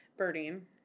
Birding